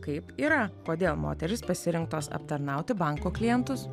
kaip yra kodėl moterys pasirinktos aptarnauti banko klientus